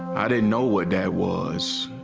i didn't know what that was.